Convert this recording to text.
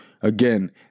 Again